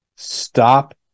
Stop